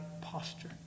posture